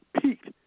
peaked